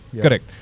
Correct